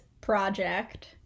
project